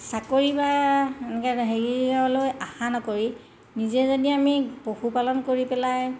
চাকৰি বা এনেকৈ হেৰিলৈ আশা নকৰি নিজে যদি আমি পশুপালন কৰি পেলাই